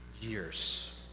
years